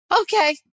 okay